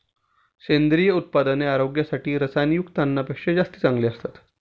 सेंद्रिय उत्पादने आरोग्यासाठी रसायनयुक्त अन्नापेक्षा जास्त चांगली असतात